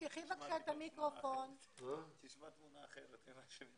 תשמע תמונה אחרת.